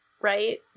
right